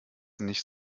nicht